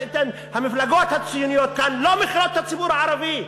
המפלגות הציוניות כאן לא מכילות את הציבור הערבי.